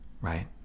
right